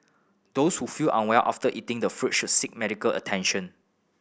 those who feel unwell after eating the fruits should seek medical attention